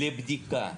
לבדיקה.